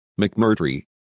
McMurtry